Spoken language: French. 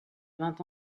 vingt